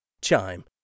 Chime